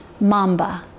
mamba